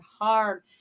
hard